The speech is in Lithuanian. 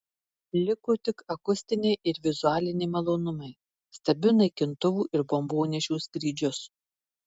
liko tik akustiniai ir vizualiniai malonumai stebiu naikintuvų ir bombonešių skrydžius